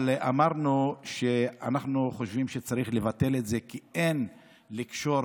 אמרנו שאנחנו חושבים שצריך לבטל את זה כי אין לקשור,